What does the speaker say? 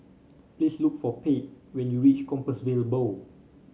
please look for Pate when you reach Compassvale Bow